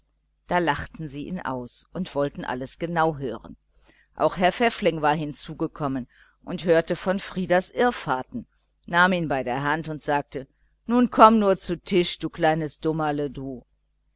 da lachten sie ihn aus und wollten alles genau hören auch herr pfäffling war hinzu gekommen und hörte von frieders irrfahrten nahm ihn bei der hand und sagte nun komm nur zu tisch du kleines dummerle du